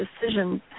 decisions